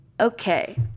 Okay